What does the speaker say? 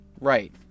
Right